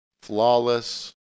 flawless